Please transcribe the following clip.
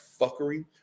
fuckery